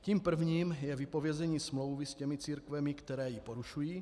Tím prvním je vypovězení smlouvy s těmi církvemi, které ji porušují.